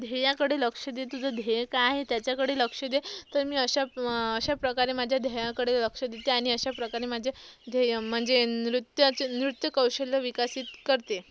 ध्येयाकडे लक्ष दे तुझं ध्येय काय आहे त्याच्याकडे लक्ष दे तर मी अशा अशाप्रकारे माझ्या ध्येयाकडे लक्ष देते आणि अशाप्रकारे माझे ध्येय म्हणजे नृत्याचे नृत्य कौशल्य विकसित करते